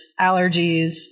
allergies